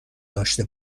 داشته